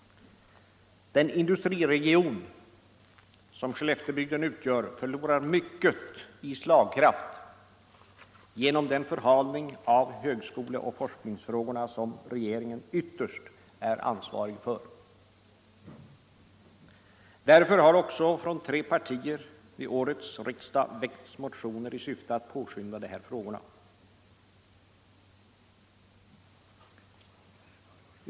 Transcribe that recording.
Den industriregion som Skelleftebygden utgör förlorar mycket i slagkraft genom den förhalning av högskoleoch forskningsfrågorna som regeringen ytterst är ansvarig för. Därför har också från tre partier vid årets riksdag väckts motioner i syfte att påskynda de här frågorna.